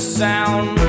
sound